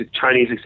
Chinese